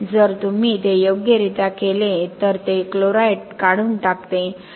जर तुम्ही ते योग्यरित्या केले तर ते क्लोराईड काढून टाकते